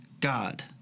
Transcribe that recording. God